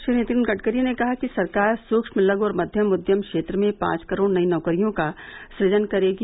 श्री नितिन गडकरी ने कहा है कि सरकार सूक्ष्म लघु और मध्यम उद्यम क्षेत्र में पांच करोड़ नई नौकरियों का सुजन करेगी